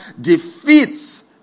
defeats